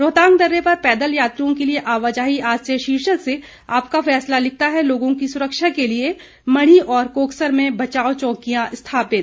रोहतांग दर्रे पर पैदल यात्रियों के लिए आवाजाही आज से शीर्षक से आपका फैसला लिखता है लोगों की सुरक्षा के लिए मढ़ी और कोकसर में बचाव चौकियां स्थापित